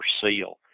SEAL